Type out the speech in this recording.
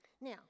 Now